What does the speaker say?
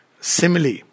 simile